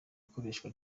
ikoreshwa